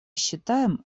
считаем